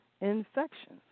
infections